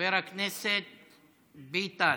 חבר הכנסת ביטן.